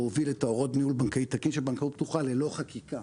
הוביל את הוראות ניהול בנקאי תקין של בנקאות פתוחה ללא חקיקה,